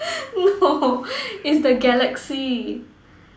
no is the Galaxy